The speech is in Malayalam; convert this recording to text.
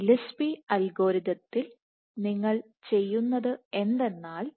ഗില്ലസ്പി അൽഗോരിതത്തിൽ നിങ്ങൾ ചെയ്യുന്നത് എന്തെന്നാൽ